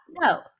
no